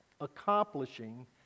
accomplishing